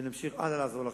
ונמשיך הלאה לעזור לכם,